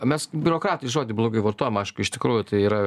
mes biurokratai žodį blogai vartojam aišku iš tikrųjų tai yra